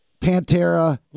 Pantera